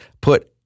put